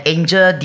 Angel